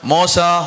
Mosa